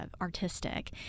artistic